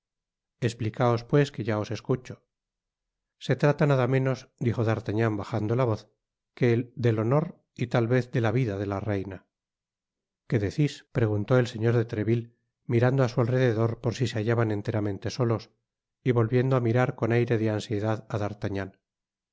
esplicaos pues que ya os escucho se trata nada menos dijo d'artagnan bajando la voz que del honor y tal vez de la vida de la reina que decis preguntó el señor de treville mirando á su alrededor por si se hallaban enteramente solos y volviendo á mirar con aire de ansiedad á d'artagnan